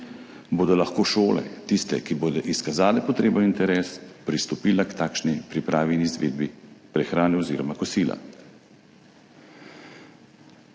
bodo lahko šole, tiste, ki bodo izkazale potreben interes, pristopile k takšni pripravi in izvedbi prehrane oziroma kosila.